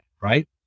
right